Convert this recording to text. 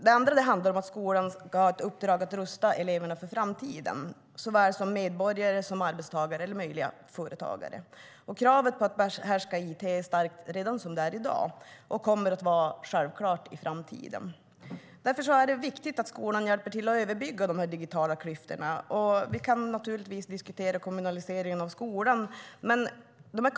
Det andra handlar om att skolan ska ha ett uppdrag att rusta eleverna för framtiden som medborgare, arbetstagare eller företagare. Kravet på att behärska it är stort redan i dag och kommer att vara självklart i framtiden. Därför är det viktigt att skolan hjälper till att överbrygga dessa digitala klyftor. Vi kan naturligtvis diskutera kommunaliseringen av skolan.